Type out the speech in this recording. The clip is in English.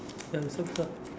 ya you start first ah